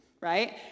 right